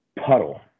puddle